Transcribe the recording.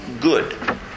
good